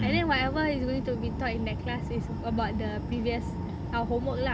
and then whatever is going to be taught in that class is about the previous uh homework lah